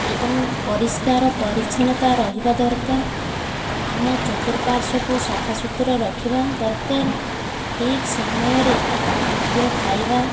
ଏବଂ ପରିଷ୍କାର ପରିଚ୍ଛନ୍ନତା ରହିବା ଦରକାର ଆମ ଚର୍ତୁପାର୍ଶ୍ଵକୁ ସଫାସୁତୁରା ରଖିବା ଦରକାର ଠିକ ସମୟରେ ଖାଦ୍ୟ ଖାଇବା